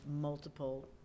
multiple